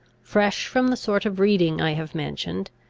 fresh from the sort of reading i have mentioned,